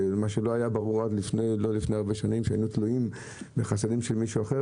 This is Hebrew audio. מה שלא היה ברור לפני לא הרבה שנים כשהיינו תלויים בחסדים של מישהו אחר.